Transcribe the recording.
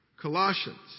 Colossians